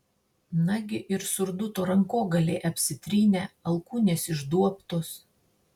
nagi ir surduto rankogaliai apsitrynę alkūnės išduobtos